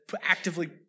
actively